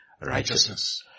Righteousness